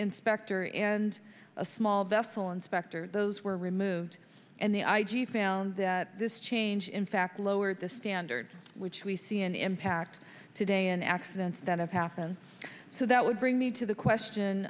inspector and a small vessel inspector those were removed and the i g found that this change in fact lowered the standards which we see an impact today in accidents that have happened so that would bring me to the question